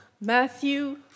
Matthew